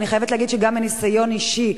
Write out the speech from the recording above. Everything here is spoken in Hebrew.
ואני חייבת להגיד שגם מניסיון אישי,